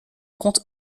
compte